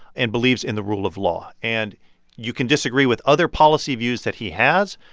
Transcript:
and believes in the rule of law. and you can disagree with other policy views that he has,